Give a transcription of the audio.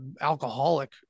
alcoholic